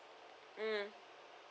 mm